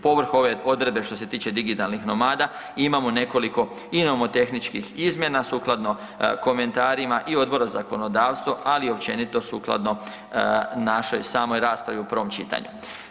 Povrh ove odredbe što se tiče „digitalnih nomada“ imamo nekoliko i nomotehničkih izmjena sukladno komentarima i Odbora za zakonodavstvo, ali općenito sukladno našoj samoj raspravi u prvom čitanju.